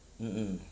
mm mm